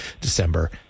December